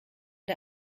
der